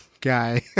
guy